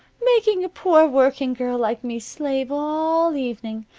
making a poor working girl like me slave all evening!